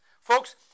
Folks